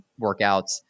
workouts